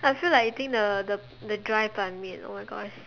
I feel like eating the the the dry ban-mian oh my gosh